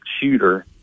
shooter